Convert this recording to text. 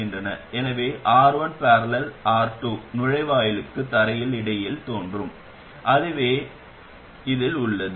எனவே R1 || R2 நுழைவாயிலுக்கும் தரைக்கும் இடையில் தோன்றும் அதுவே அதில் உள்ளது